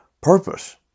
purpose